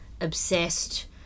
obsessed